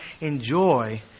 enjoy